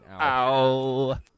Ow